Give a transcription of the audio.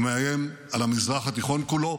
הוא מאיים על המזרח התיכון כולו,